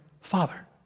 Father